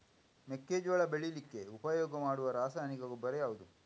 ಮೆಕ್ಕೆಜೋಳ ಬೆಳೀಲಿಕ್ಕೆ ಉಪಯೋಗ ಮಾಡುವ ರಾಸಾಯನಿಕ ಗೊಬ್ಬರ ಯಾವುದು?